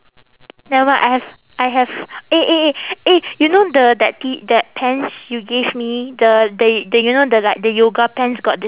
never mind I have I have eh eh eh eh you know the that tee that pants you gave me the the the you know the like the yoga pants got the